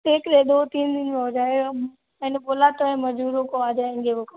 देख लें दो तीन दिन में हो जाएगा मैंने बोला तो है मजदूरों को आ जाएंगे वो